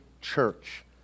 church